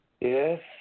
Yes